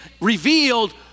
revealed